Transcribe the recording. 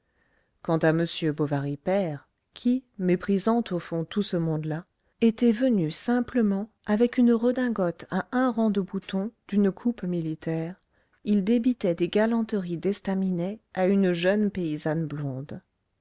quant à m bovary père qui méprisant au fond tout ce monde-là était venu simplement avec une redingote à un rang de boutons d'une coupe militaire il débitait des galanteries d'estaminet à une jeune paysanne blonde